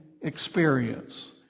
experience